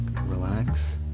relax